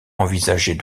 envisagés